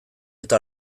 eta